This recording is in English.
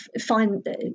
find